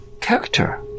character